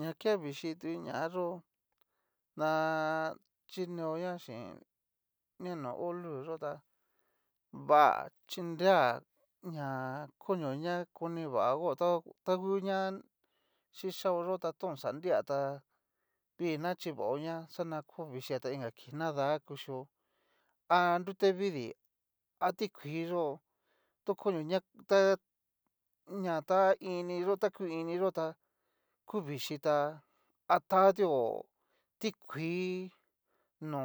Ña que vichíi tu ñá yo na chineoña xin ni no ho luz yó tá va chi nrea ña konioo ña konivago ta ngu ña xhixaoyó to ho xa nria tá vii nachivaoña xa na ko vixhia ta inka kii nada kuchó ha nrute vidii a tikuii yó tu konio ña ta ta ku ini yó tá ku vichiita a tatio tikuii no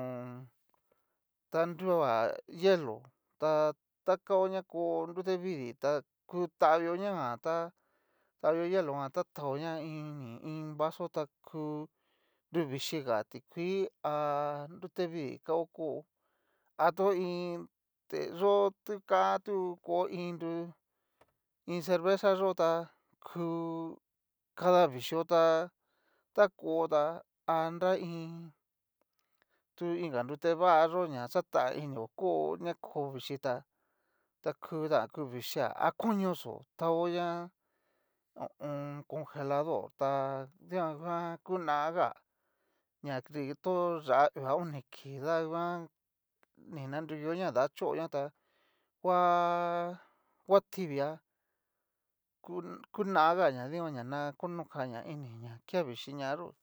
ta nrua hielo ta ta kao ña ko nrutevidii tá ku tavio ña jan tá tavio hielo jan ta taoña iní iin vaso tá ku nru vichíi ga ti kuii ha nrute vidi kao kóo a to iin yo ti kan tu ko iin tú iin cerveza yó tá, ku kada vichóta a ta kota a nra iin tu inga nrutevayó nrutevayó ña xatainio kó ña ko vichiita ta ku tan ko vichia a koñoxó tao ña ho o o. kongelador ta dikuan nguan kunaga ña nri to yá uu a oni kii danguan ni nanrukio ña na dachoña tá ngua ngua tibia kunaga ña dikan na konokaña ini ña ke vixhi ñayó.